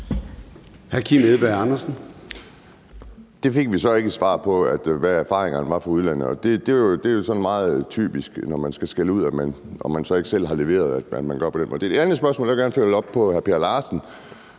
Det fik vi så ikke et svar på, altså hvad erfaringerne var i udlandet; og det er jo sådan meget typisk, når man skal skælde ud og så ikke selv har leveret, at man gør det på den måde. Jeg har et andet spørgsmål, for jeg vil gerne følge op på hr. Per Larsen.